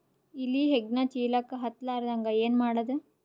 ಇಲಿ ಹೆಗ್ಗಣ ಚೀಲಕ್ಕ ಹತ್ತ ಲಾರದಂಗ ಏನ ಮಾಡದ?